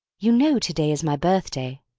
you know to-day is my birthday?